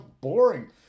boring